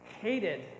hated